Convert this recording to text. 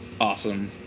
Awesome